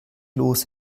los